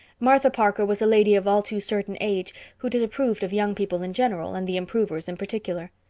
martha parker was a lady of all too certain age who disapproved of young people in general and the improvers in particular.